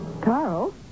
Carl